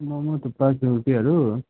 मोमो थुक्पा छुर्पीहरू